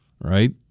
right